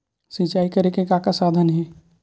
सिंचाई करे के का साधन हे?